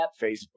Facebook